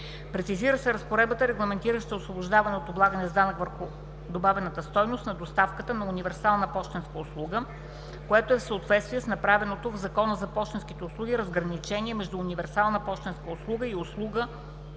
Прецизира се разпоредбата, регламентираща освобождаване от облагане с данък върху добавената стойност на доставката на „универсална пощенска услуга“, което е в съответствие с направеното в Закона за пощенските услуги разграничение между „универсална пощенска услуга“ и „услуги,